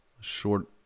short